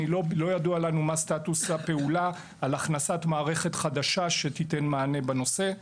לא ידוע לנו מהו סטטוס הפעולה על הכנסת מערכת חדשה שתיתן מענה בנושא.